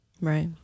Right